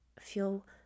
feel